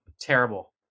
terrible